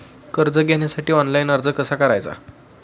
कर्ज घेण्यासाठी ऑनलाइन अर्ज कसा करायचा?